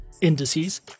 indices